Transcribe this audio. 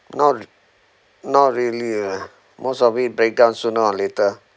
not not really ah most of it break down sooner or later